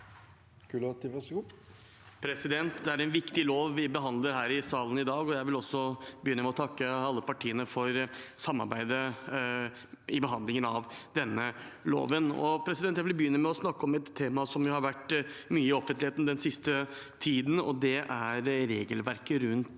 Gulati (FrP) Det er en viktig lov vi behandler her i salen i dag. Jeg vil også begynne med å takke alle partiene for samarbeidet i behandlingen av denne loven. Jeg vil begynne med å snakke om et tema som har vært mye i offentligheten den siste tiden, og det er regelverket rundt